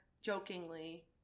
jokingly